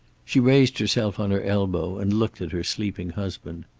she raised herself on her elbow and looked at her sleeping husband.